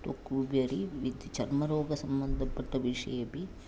त्वगुपरि विद् चर्मरोगसम्बन्ध पट्ट विषयेपि